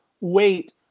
wait